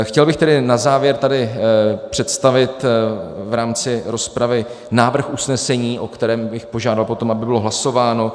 Chtěl bych tedy na závěr tady představit v rámci rozpravy návrh usnesení, o kterém bych požádal potom, aby bylo hlasováno.